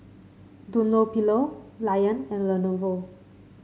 Dunlopillo Lion and Lenovo